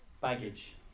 Baggage